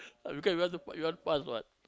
because you want you want fast one